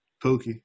Pookie